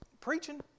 preaching